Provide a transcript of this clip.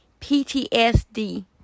PTSD